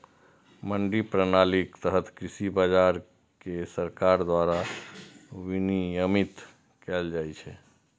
मंडी प्रणालीक तहत कृषि बाजार कें सरकार द्वारा विनियमित कैल जाइ छै